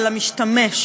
למשתמש,